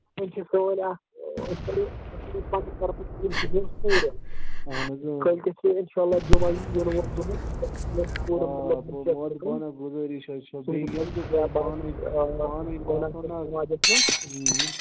اہن حظ ٲں آ